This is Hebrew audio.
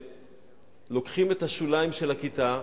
שלוקחים את השוליים של הכיתה,